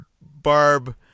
Barb